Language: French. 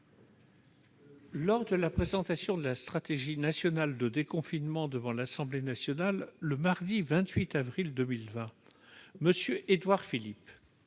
Lors de la présentation de la stratégie nationale de déconfinement devant l'Assemblée nationale, le mardi 28 avril 2020, M. Édouard Philippe